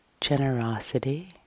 generosity